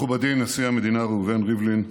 מכובדי נשיא המדינה ראובן ריבלין,